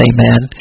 Amen